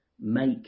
Make